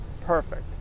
perfect